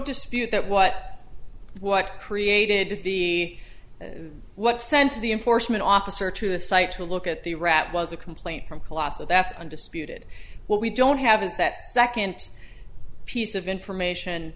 dispute that what what created to be what sent to the enforcement officer to the site to look at the rat was a complaint from colossal that's undisputed what we don't have is that second piece of information